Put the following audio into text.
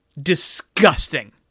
disgusting